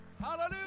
Hallelujah